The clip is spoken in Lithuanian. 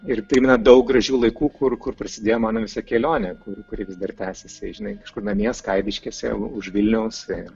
ir tai yra daug gražių laikų kur kur prasidėjo mano visa kelionė kur kuri vis dar tęsiasi žinai kažkur namie skaidiškėse už vilniaus